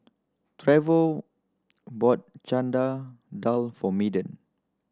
Trevor bought Dal for medium